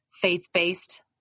faith-based